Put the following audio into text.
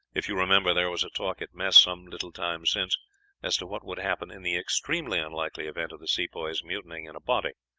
if you remember, there was a talk at mess some little time since as to what would happen in the extremely unlikely event of the sepoys mutinying in a body.